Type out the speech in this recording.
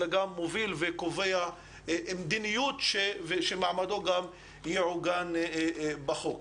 אלא גם גוף מוביל וקובע מדיניות שמעמדו יעוגן בחוק.